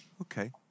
okay